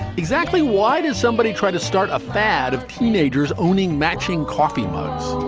exactly why does somebody try to start a fad of teenagers owning matching coffee mugs?